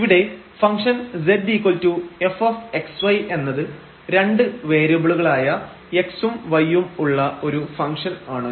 ഇവിടെ function z f x y എന്നത് 2 വേരിയബിളുകളായ x ഉം y ഉം ഉള്ള ഒരു ഫംഗ്ഷൻആണ്